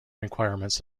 requirements